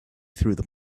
through